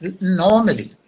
Normally